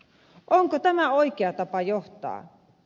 onko tämä oikea tapa johtaa